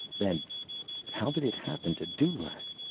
then how did it happen to dulaq?